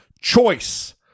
choice